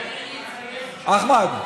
אחמד,